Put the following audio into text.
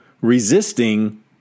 resisting